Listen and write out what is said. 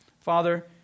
Father